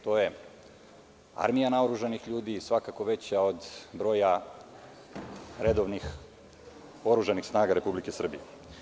To je armija naoružanih ljudi i svakako veća od broja redovnih oružanih snaga Republike Srbije.